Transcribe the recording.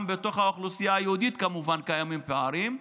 גם בתוך האוכלוסייה היהודית קיימים פערים,